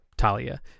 talia